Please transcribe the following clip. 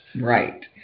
Right